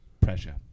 Pressure